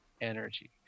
energy